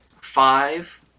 five